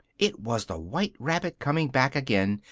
it was the white rabbit coming back again,